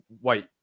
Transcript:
wait